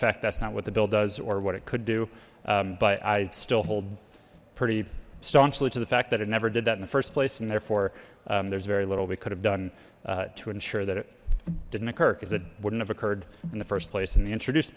fact that's not what the bill does or what it could do but i still hold pretty staunch salute to the fact that it never did that in the first place and therefore there's very little we could have done to ensure that it didn't occur cause it wouldn't have occurred in the first place in the introduced